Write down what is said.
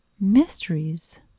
mysteries